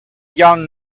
young